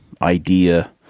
idea